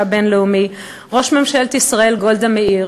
הבין-לאומי: ראש ממשלת ישראל גולדה מאיר,